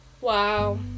Wow